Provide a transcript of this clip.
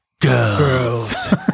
girls